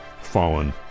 fallen